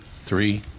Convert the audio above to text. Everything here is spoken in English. Three